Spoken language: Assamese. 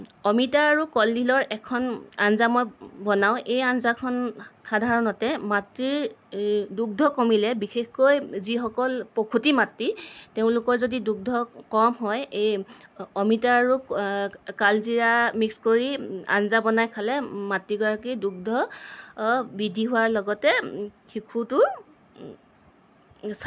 অমিতা আৰু কলদিলৰ এখন আঞ্জা মই বনাওঁ এই আঞ্জাখন সাধাৰণতে মাতৃৰ দুগ্ধ কমিলে বিশেষকৈ যিসকল প্ৰসূতি মাতৃ তেওঁলোকৰ যদি দুগ্ধ কম হয় এই অমিতা আৰু কালজিৰা মিক্স কৰি আঞ্জা বনাই খালে মাতৃগৰাকীৰ দুগ্ধ বৃদ্ধি হোৱাৰ লগতে শিশুটোৰ